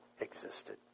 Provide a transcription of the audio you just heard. existed